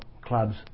club's